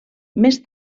més